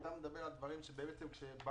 אתה מדבר על דברים שיש בהם תכנון,